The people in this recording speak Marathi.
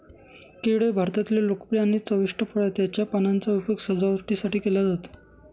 केळ हे भारतातले लोकप्रिय आणि चविष्ट फळ आहे, त्याच्या पानांचा उपयोग सजावटीसाठी केला जातो